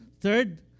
Third